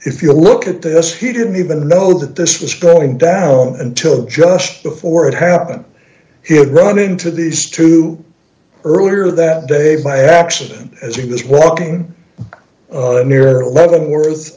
if you look at this he didn't even know that this was going down until just before it happened he had run into these two earlier that day by accident as he was walking near leavenworth